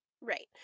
Right